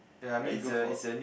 like you go for